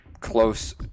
close